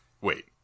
Wait